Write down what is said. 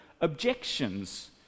objections